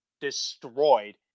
destroyed